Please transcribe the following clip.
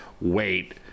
wait